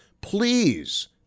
please